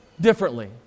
differently